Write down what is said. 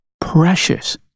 precious